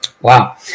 Wow